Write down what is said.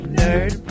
nerd